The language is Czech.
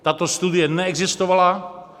Tato studie neexistovala.